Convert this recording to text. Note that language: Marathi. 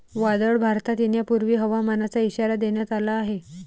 वादळ भारतात येण्यापूर्वी हवामानाचा इशारा देण्यात आला आहे